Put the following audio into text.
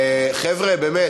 חבר'ה, באמת.